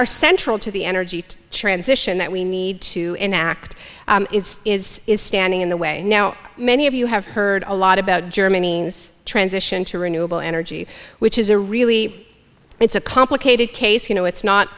are central to the energy transition that we need to enact is is standing in the way now many of you have heard a lot about germany transition to renewable energy which is a really it's a complicated case you know it's not